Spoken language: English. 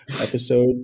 episode